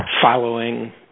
following